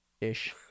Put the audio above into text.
ish